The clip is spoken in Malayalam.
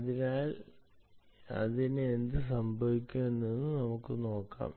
അതിനാൽ ഇതിന് എന്ത് സംഭവിക്കുമെന്ന് നമുക്ക് നോക്കാം